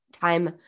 time